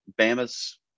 Bama's